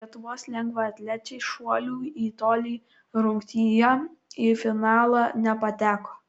lietuvos lengvaatlečiai šuolių į tolį rungtyje į finalą nepateko